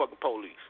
police